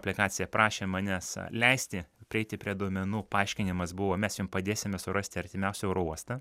aplikacija prašė manęs leisti prieiti prie duomenų paaiškinimas buvo mes jum padėsime surasti artimiausią oro uostą